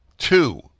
Two